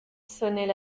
sonnaient